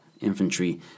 Infantry